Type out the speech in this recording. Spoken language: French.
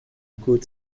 côte